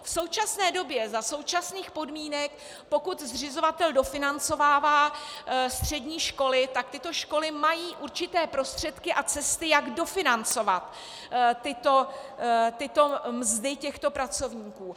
V současné době za současných podmínek, pokud zřizovatel dofinancovává střední školy, tak tyto školy mají určité prostředky a cesty, jak dofinancovat mzdy těchto pracovníků.